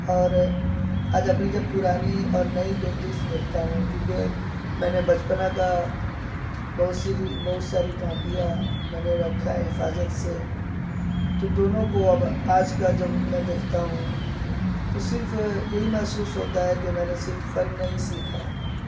اور آج اپنی جب پرانی اور نئی پینٹنگس دیکھتا ہوں کیونکہ میں نے بچپنا کا بہت ساری بہت ساری کاپیاں میں نے رکھا ہے حفاظت سے تو دونوں کو اب آج کا جب میں دیکھتا ہوں تو صرف یہی محسوس ہوتا ہے کہ میں نے صرف فن نہیں سیکھا